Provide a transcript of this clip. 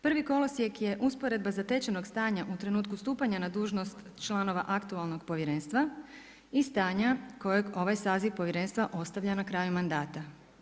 Prvi kolosijek je usporedba zatečenog stanja u trenutku stupanja na dužnost članova aktualnog povjerenstva i stanja kojeg ovaj saziv povjerenstva ostavlja na kraju mandata.